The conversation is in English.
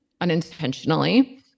unintentionally